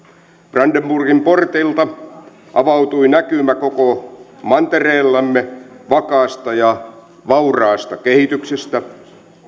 brandenburgin portilta avautui näkymä koko mantereemme vakaasta ja vauraasta kehityksestä